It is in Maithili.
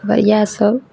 हँ इएहसब